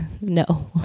No